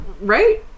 Right